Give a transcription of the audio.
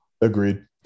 Agreed